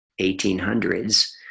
1800s